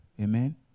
Amen